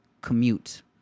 commute